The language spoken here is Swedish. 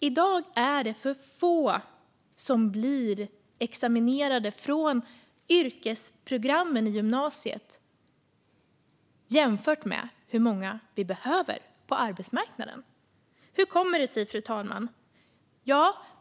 I dag är det för få som blir utexaminerade från yrkesprogrammen i gymnasiet jämfört med hur många som behövs på arbetsmarknaden. Hur kommer det sig?